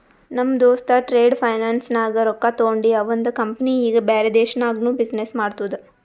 ನಮ್ ದೋಸ್ತ trade finance ನಾಗ್ ರೊಕ್ಕಾ ತೊಂಡಿ ಅವಂದ ಕಂಪನಿ ಈಗ ಬ್ಯಾರೆ ದೇಶನಾಗ್ನು ಬಿಸಿನ್ನೆಸ್ ಮಾಡ್ತುದ